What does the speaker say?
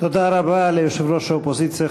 תודה רבה ליושב-ראש האופוזיציה,